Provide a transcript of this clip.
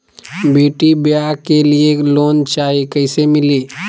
बेटी ब्याह के लिए लोन चाही, कैसे मिली?